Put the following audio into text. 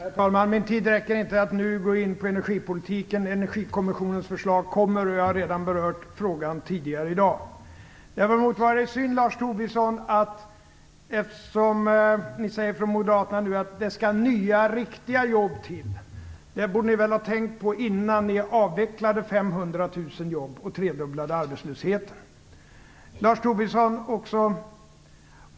Herr talman! Min tid räcker inte för att jag nu skall kunna gå in på energipolitiken. Energikommissionens förslag kommer, och jag har redan berört frågan tidigare i dag. Ni säger nu från Moderaterna att det skall skapas "nya, riktiga jobb". Det borde ni ha tänkt på innan ni avvecklade 500 000 jobb och tredubblade arbetslösheten.